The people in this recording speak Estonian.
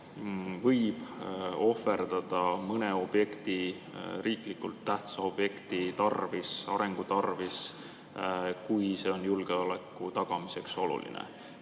võib ohverdada mõne riiklikult tähtsa objekti tarvis, selle arengu tarvis, kui see on julgeoleku tagamiseks oluline.